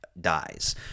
dies